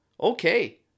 okay